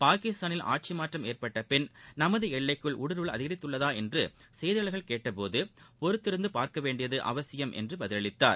பாகிஸ்தானில் ஆட்சிமாற்றம் ஏற்பட்ட பின் நமது எல்லைக்குள் ஊடுருவல் அதிகரித்துள்ளதா என்று செய்தியாளர்கள் கேட்டபோது பொறுத்திருந்து பார்க்க வேண்டியது அவசியம் என்று பதிலளித்தார்